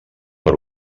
per